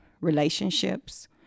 relationships